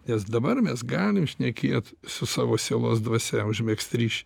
nes dabar mes galim šnekėt su savo sielos dvasia užmegzt ryšį